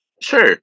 Sure